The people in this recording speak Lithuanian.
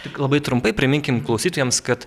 tik labai trumpai priminkim klausytojams kad